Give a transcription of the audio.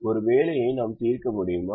ஒரு வேலையை நாம் தீர்க்க முடியுமா